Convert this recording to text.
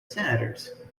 senators